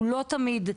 לא תמיד,